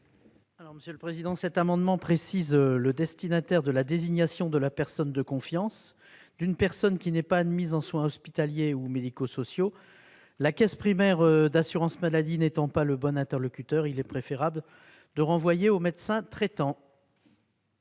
a pour objet de préciser le destinataire de la désignation de la personne de confiance d'une personne qui n'est pas admise en soins hospitaliers ou médico-sociaux. La caisse primaire d'assurance maladie n'étant pas le bon interlocuteur, il est préférable de renvoyer au médecin traitant.